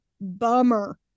bummer